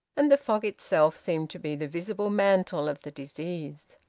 and the fog itself seemed to be the visible mantle of the disease.